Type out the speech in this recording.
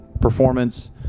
performance